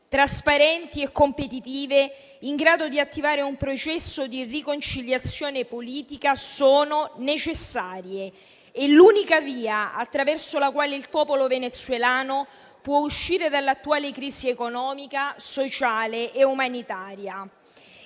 trasparenti e competitive, in grado di attivare un processo di riconciliazione politica sono necessarie. È l'unica via attraverso la quale il popolo venezuelano può uscire dall'attuale crisi economica, sociale e umanitaria.